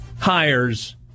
hires